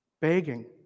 begging